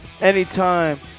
Anytime